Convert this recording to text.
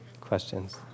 questions